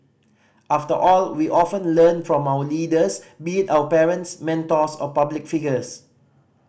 after all we often learn from our leaders be it our parents mentors or public figures